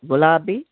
గులాబీ